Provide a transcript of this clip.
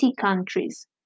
countries